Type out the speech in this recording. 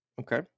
Okay